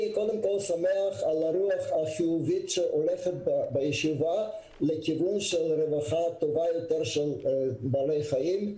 אני שמח על הרוח החיובית שקיימת בישיבה לכיוון של רווחת בעלי חיים.